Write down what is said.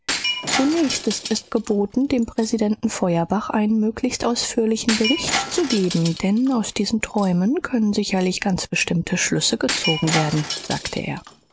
zunächst ist es geboten dem präsidenten feuerbach einen möglichst ausführlichen bericht zu geben denn aus diesen träumen können sicherlich ganz bestimmte schlüsse gezogen werden sagte er